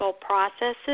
processes